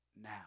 now